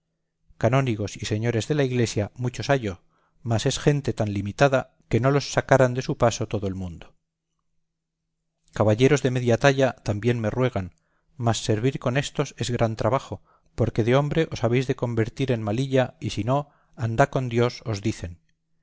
canónigos y señores de la iglesia muchos hallo mas es gente tan limitada que no los sacaran de su paso todo el mundo caballeros de media talla también me ruegan mas servir con éstos es gran trabajo porque de hombre os habéis de convertir en malilla y si no andá con dios os dicen